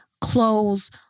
clothes